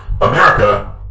America